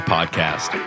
Podcast